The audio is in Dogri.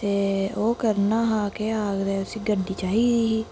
ते ओह् करना हा केह् आखदे उसी गड्डी चाहिदी ही